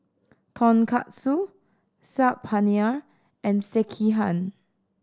Tonkatsu Saag Paneer and Sekihan